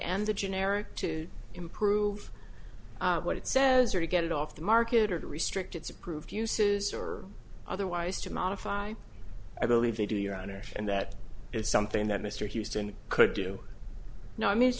and the generic to improve what it says or to get it off the market or to restrict its approved uses or otherwise to modify i believe they do your honor and that is something that mr houston could do now i mean